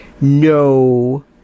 No